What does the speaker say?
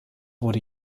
wurde